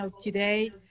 today